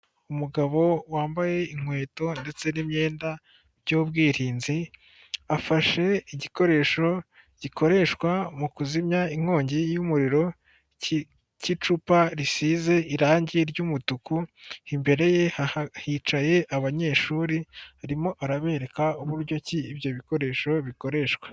Umugabo wambaye inkweto ndetse n'imyenda by'ubwirinzi, afashe igikoresho gikoreshwa mu kuzimya inkongi y'umuriro cy'icupa risize irangi ry'umutuku, imbere ye hicaye abanyeshuri, arimo arabereka uburyo ki ibyo bikoresho bikoreshwa.